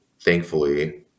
thankfully